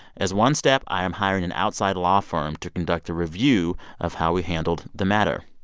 as one step, i am hiring an outside law firm to conduct a review of how we handled the matter.